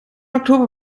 oktober